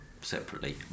separately